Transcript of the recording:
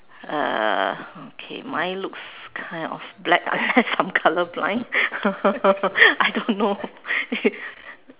uh okay mine looks kind of black I'm colour blind I don't know